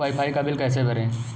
Wi fi का बिल कैसे भरें?